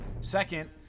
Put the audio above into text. Second